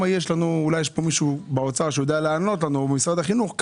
אולי יש פה מישהו באוצר או ממשרד החינוך שיודע